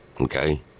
Okay